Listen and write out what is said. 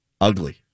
Ugly